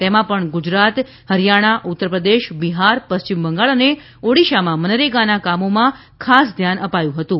તેમાં પણ ગુજરાત હરિયાણા ઉત્તર પ્રદેશ બિહાર પશ્ચિમ બંગાળ અને ઓડિશામાં મનરેગાના કામોમાં ખાસ ધ્યાન અપાયું હતું